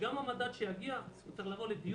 גם המדד שיגיע צריך לבוא לדיון,